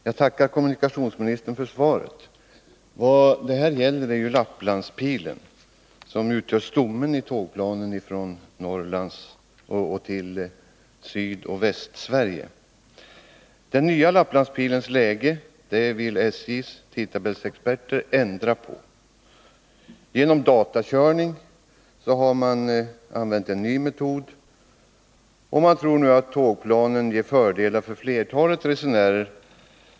Fru talman! Jag tackar kommunikationsministern för svaret. Vad det gäller är Lapplandspilen, som utgör stommen i tågplanen för förbindelserna från Norrland till Sydoch Västsverige. SJ:s tidtabellsexperter vill nu ändra den nya Lapplandspilens läge. Man har använt en ny metod med datakörning och tror att tågplanen ger fördelar för flertalet resenärer.